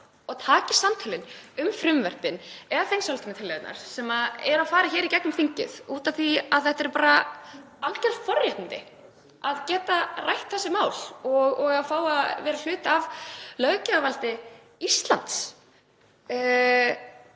og taki samtölin um frumvörpin eða þingsályktunartillögurnar sem fara í gegnum þingið af því að það eru bara alger forréttindi að geta rætt þessi mál og að fá að vera hluta af löggjafarvaldi Íslands.